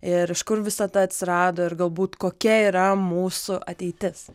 ir iš kur visata atsirado ir galbūt kokia yra mūsų ateitis